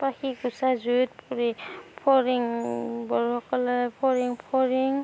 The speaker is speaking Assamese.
পাখি গুচাই জুইত পুৰি ফৰিং বড়োসকলে ফৰিং ফৰিং